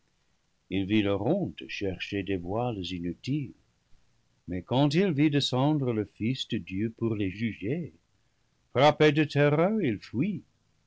il vit leur honte chercher des voiles inutiles mais quand il vit descendre le fils de dieu pour les juger frappé de terreur il fuit